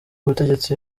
ubutegetsi